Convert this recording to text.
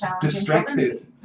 distracted